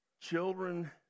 Children